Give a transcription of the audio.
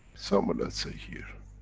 somewhere let's say here.